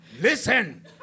listen